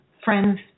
friends